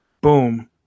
boom